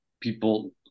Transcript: people